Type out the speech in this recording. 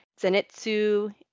Zenitsu